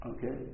Okay